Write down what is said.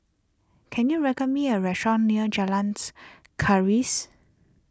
can you record me a restaurant near Jalan's Keris